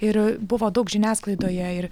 ir buvo daug žiniasklaidoje ir